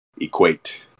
equate